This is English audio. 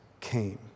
came